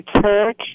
church